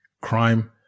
Crime